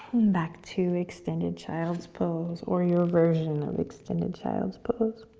back to extended child's pose, or your version of extended child's pose.